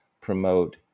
promote